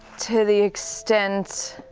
to the extent